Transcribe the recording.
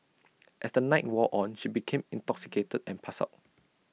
as the night wore on she became intoxicated and passed out